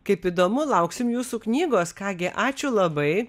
kaip įdomu lauksim jūsų knygos ką gi ačiū labai